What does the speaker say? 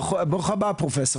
ברוך הבא פרופסור,